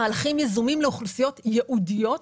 עשינו מהלכים יזומים לאוכלוסיות ייעודיות.